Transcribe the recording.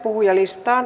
puhujalistaan